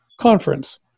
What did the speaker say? conference